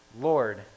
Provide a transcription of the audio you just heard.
Lord